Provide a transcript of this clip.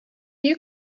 you